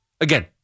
Again